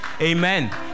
Amen